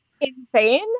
insane